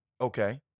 Okay